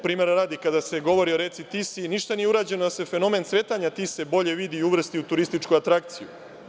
Primera radi, kada se govori o reci Tisi, ništa nije urađeno da se fenomen skretanja Tise bolje vidi i uvrsti u turističku atrakciju.